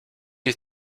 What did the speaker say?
you